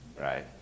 right